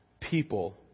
people